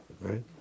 right